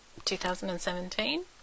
2017